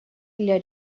для